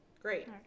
great